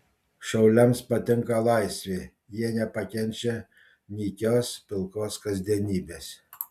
šauliams patinka laisvė jie nepakenčia nykios pilkos kasdienybės